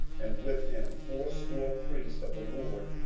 and with him fourscore priests of the lord,